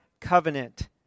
covenant